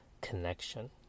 connection